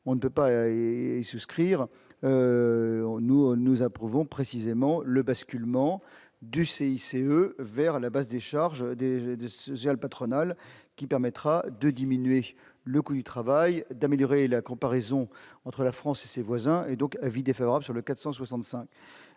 on ne peut pas et souscrire on nous nous approuvons précisément le basculement du CICE vers la baisse des charges des aides sociales patronales qui permettra de diminuer le coût du travail, d'améliorer la comparaison entre la France et ses voisins et donc avis défavorable sur le 465